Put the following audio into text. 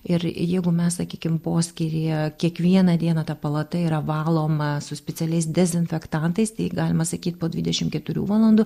ir jeigu mes sakykim poskyryje kiekvieną dieną ta palata yra valoma su specialiais dezinfekantais tai galima sakyt po dvidešim keturių valandų